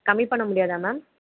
கம்மி பண்ண முடியாதா மேம்